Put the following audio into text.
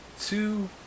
two